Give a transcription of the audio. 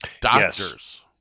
Doctors